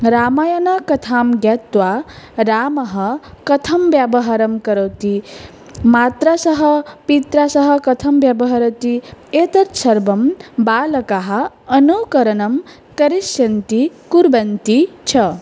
रामायणकथां ज्ञात्वा रामः कथं व्यवहारं करोति मात्रा सह पित्रा सह कथं व्यवहरति एतत् सर्वं बालकाः अनुकरणं करिष्यन्ति कुर्वन्ति च